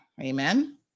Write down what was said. Amen